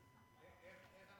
איך זה בא לידי ביטוי?